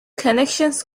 connections